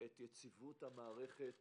את יציבות המערכת